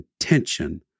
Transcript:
intention